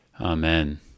Amen